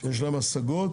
שישנן השגות